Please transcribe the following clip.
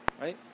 Right